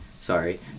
sorry